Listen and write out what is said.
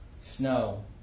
snow